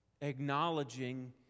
acknowledging